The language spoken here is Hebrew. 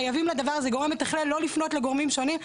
חייבים לדבר הזה גורם מתכלל לא לפנות לגורמים שונים,